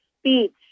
speech